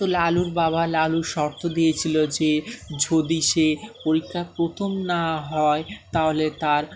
তো লালুর বাবা লালুর শর্ত দিয়েছিল যে যদি সে পরীক্ষা প্রথম না হয় তাহলে তার